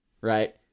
Right